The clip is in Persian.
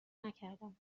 نکردم